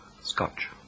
Scotch